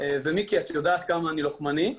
ומיקי, את יודעת כמה אני לוחמני,